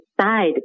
side